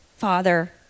Father